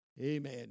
Amen